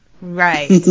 Right